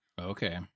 Okay